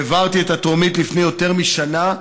העברתי את הטרומית לפני יותר משנה,